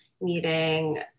meeting